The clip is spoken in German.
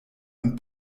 einen